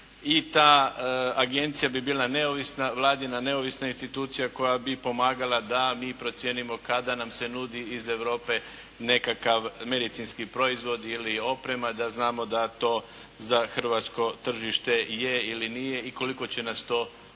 i ta agencija bi bila neovisna Vladina institucija koja bi pomagala da mi procijenimo kada nam se nudi iz Europe nekakav medicinski proizvod ili oprema da znamo da to za hrvatsko tržište je ili nije i koliko će nas to koštati.